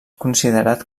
considerat